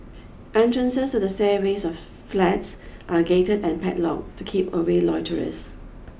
entrances to the stairways of flats are gated and padlocked to keep away loiterers